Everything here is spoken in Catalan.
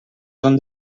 són